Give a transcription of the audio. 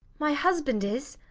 my husband is.